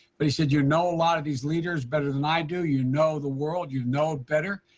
but he said, you know a lot of these leaders better than i do, you know the world, you know it better,